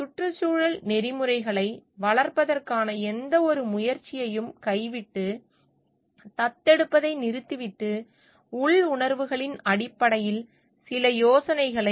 சுற்றுச்சூழல் நெறிமுறைகளை வளர்ப்பதற்கான எந்தவொரு முயற்சியையும் கைவிட்டு தத்தெடுப்பதை நிறுத்திவிட்டு உள் உணர்வுகளின் அடிப்படையில் சில யோசனைகளைப் பின்பற்றவும்